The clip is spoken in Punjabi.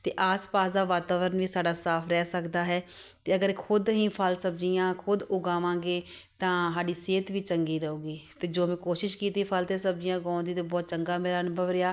ਅਤੇ ਆਸ ਪਾਸ ਦਾ ਵਾਤਾਵਰਨ ਵੀ ਸਾਡਾ ਸਾਫ਼ ਰਹਿ ਸਕਦਾ ਹੈ ਅਤੇ ਅਗਰ ਖੁਦ ਅਸੀਂ ਫਲ ਸਬਜ਼ੀਆਂ ਖੁਦ ਉਗਾਵਾਂਗੇ ਤਾਂ ਸਾਡੀ ਸਿਹਤ ਵੀ ਚੰਗੀ ਰਹੂਗੀ ਅਤੇ ਜੋ ਮੈਂ ਕੋਸ਼ਿਸ਼ ਕੀਤੀ ਫਲ ਅਤੇ ਸਬਜ਼ੀਆਂ ਉਗਾਉਣ ਦੀ ਤਾਂ ਬਹੁਤ ਚੰਗਾ ਮੇਰਾ ਅਨੁਭਵ ਰਿਹਾ